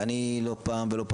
ואני לא פעם ולא פעמיים,